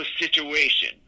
situation